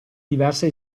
diverse